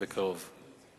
בקרוב.